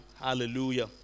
Hallelujah